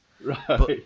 Right